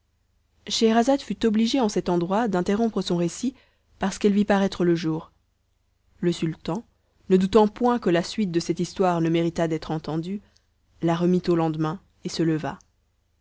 scheherazade fut obligée en cet endroit d'interrompre son récit parce qu'elle vit paraître le jour le sultan ne doutant point que la suite de cette histoire ne méritât d'être entendue la remit au lendemain et se leva